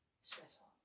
stressful